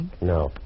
No